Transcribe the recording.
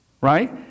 Right